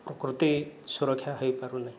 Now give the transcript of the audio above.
ପ୍ରକୃତି ସୁରକ୍ଷା ହୋଇପାରୁନାହିଁ